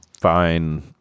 fine